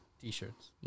t-shirts